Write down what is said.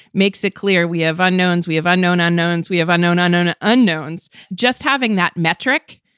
makes it clear we have unknowns, we have unknown unknowns. we have unknown, unknown unknowns. just having that metric,